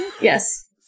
yes